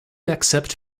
accept